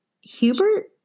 Hubert